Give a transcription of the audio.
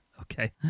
Okay